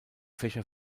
fächer